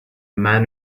man